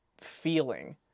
feeling